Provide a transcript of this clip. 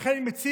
ולכן אני מציע: